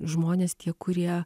žmonės tie kurie